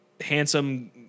handsome